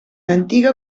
antiga